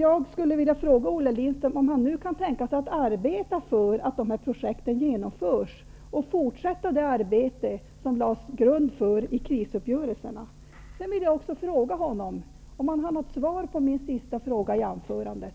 Jag skulle vilja fråga Olle Lindström om han nu kan tänka sig att arbeta för att de här projekten genomförs och därigenom fortsätta det arbete som det lades en grund för genom krisuppgörelserna. Sedan vill jag också fråga honom om han har något svar på min sista fråga i anförandet.